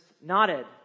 nodded